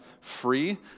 free